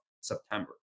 September